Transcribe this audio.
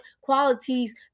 qualities